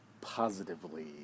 positively